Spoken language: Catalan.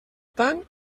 tant